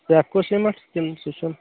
سیفکو cement کِنہٕ سُہ چھُ نہٕ